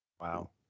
Wow